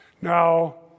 Now